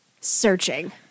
searching